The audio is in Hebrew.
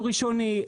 הוא ראשוני,